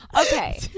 okay